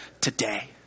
today